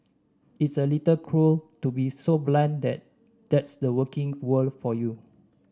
it's a little cruel to be so blunt that that's the working world for you